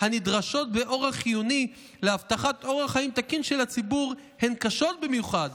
הנדרשות באורח חיוני להבטחת אורח חיים תקין של הציבור הן קשות במיוחד.